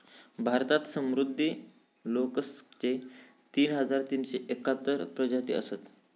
भारतात समुद्री मोलस्कचे तीन हजार तीनशे एकाहत्तर प्रजाती असत